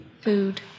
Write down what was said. Food